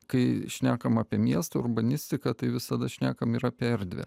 kai šnekam apie miesto urbanistiką tai visada šnekam ir apie erdvę